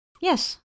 Yes